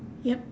yup